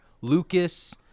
Lucas